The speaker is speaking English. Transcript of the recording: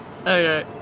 Okay